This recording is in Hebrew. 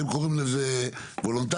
הם קוראים לזה וולונטרי,